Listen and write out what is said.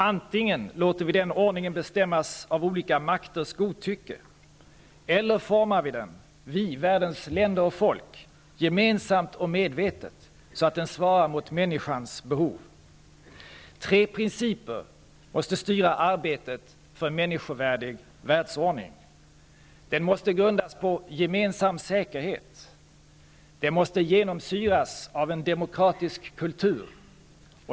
Antingen låter vi den ordningen bestämmas av olika makters godtycke eller formar vi den -- vi, världens länder och folk -- gemensamt och medvetet så att den svarar mot människans behov. Tre principer måste styra arbetet för en människovärdig världsordning. --Den måste grundas på gemensam säkerhet. --Den måste genomsyras av en demokratisk kultur.